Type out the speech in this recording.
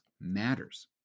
matters